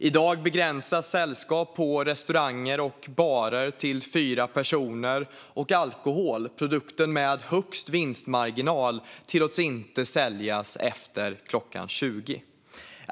I dag begränsas sällskap på restauranger och barer till fyra personer, och alkohol - produkten med högst vinstmarginal - tillåts inte säljas efter klockan 20.